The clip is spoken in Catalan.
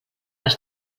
als